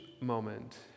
moment